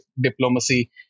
diplomacy